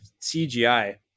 CGI